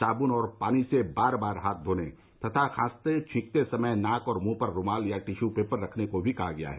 साबुन और पानी से बार बार हाथ धोने तथा खांसते छींकते समय नाक और मुंह पर रुमाल या टिशू पेपर रखने का भी परामर्श दिया गया है